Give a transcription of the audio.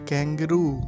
Kangaroo